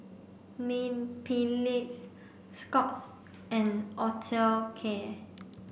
Mepilex Scott's and Osteocare